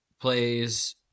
plays